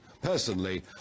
Personally